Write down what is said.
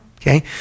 Okay